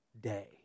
day